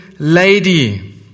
Lady